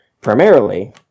primarily